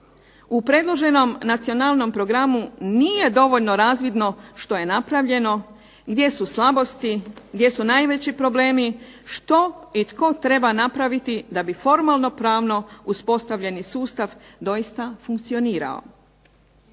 U predloženom nacionalnom programu nije dovoljno razvidno što je napravljeno, gdje su slabosti, gdje su najveći problemi, što i tko treba napraviti da bi formalno pravno uspostavljeni sustav doista funkcionirao.